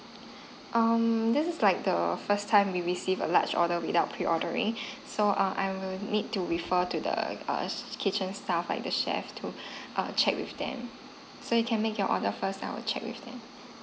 um this is like the first time we receive a large order without pre ordering so err I will need to refer to the err kitchen staff like the chef to err check with them so you can make your order first then I will check with them